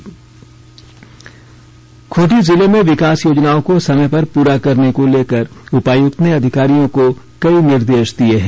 special story Khunti Khunti जिले में विकास योजनाओं को समय पर पूरा करने को लेकर उपायुक्त ने अधिकारियों को कई निर्देश दिए हैं